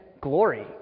glory